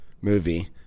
movie